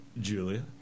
Julia